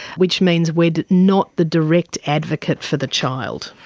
which means we're not the direct advocate for the child.